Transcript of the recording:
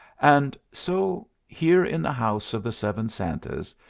and so, here in the house of the seven santas,